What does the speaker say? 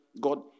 God